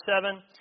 seven